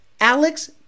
Alex